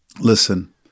Listen